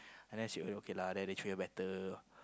and then she she okay lah and then they treat her better